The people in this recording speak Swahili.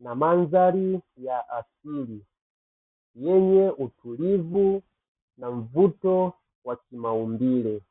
na mandhari ya asili. Yenye utulivu na mvuto wa kimaumbile.